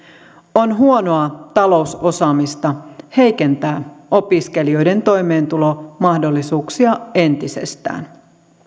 on huonoa talousosaamista heikentää opiskelijoiden toimeentulomahdollisuuksia entisestään